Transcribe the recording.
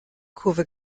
kurve